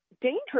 Dangerous